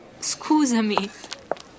scusami